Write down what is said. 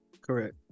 Correct